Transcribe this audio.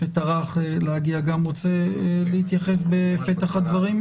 שטרח להגיע גם רוצה להתייחס בפתח הדברים?